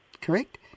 correct